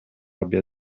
abbia